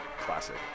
classic